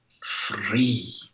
free